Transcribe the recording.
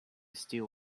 steal